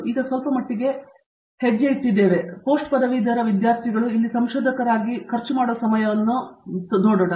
ಈಗ ನಾವು ಸ್ವಲ್ಪಮಟ್ಟಿಗೆ ಹೆಜ್ಜೆ ಇಟ್ಟುಕೊಳ್ಳುತ್ತೇವೆ ಮತ್ತು ಪೋಸ್ಟ್ ಪದವೀಧರ ವಿದ್ಯಾರ್ಥಿಗಳು ಇಲ್ಲಿ ಸಂಶೋಧಕರಾಗಿ ಖರ್ಚು ಮಾಡುವ ಸಮಯವನ್ನು ನಿಮಗೆ ತಿಳಿದಿರುವುದನ್ನು ನೋಡೋಣ